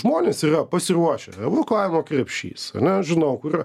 žmonės yra pasiruošę evakuavimo krepšys ar ne žinau kur yra